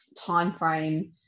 Timeframe